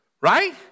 Right